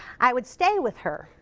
i would stay with her.